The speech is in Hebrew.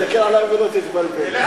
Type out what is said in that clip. תסתכל עלי ולא תתבלבל.